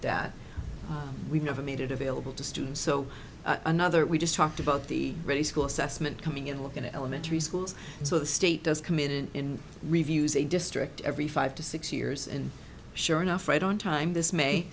that we never made it available to students so another we just talked about the really school assessment coming in we're going to elementary schools so the state does commit in reviews a district every five to six years and sure enough right on time this may